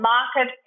Market